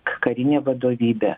karinė vadovybė